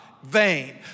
vain